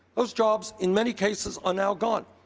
those jobs, in many cases, are now gone.